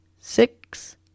six